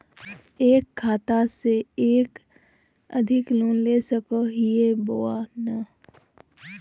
एक खाता से एक से अधिक लोन ले सको हियय बोया नय?